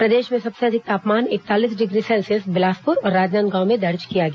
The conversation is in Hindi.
प्रदेश में सबसे अधिक तापमान इकतालीस डिग्री सेल्सियस बिलासपुर और राजनांदगांव में दर्ज किया गया